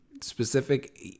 Specific